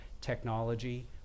technology